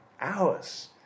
hours